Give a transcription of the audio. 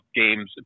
games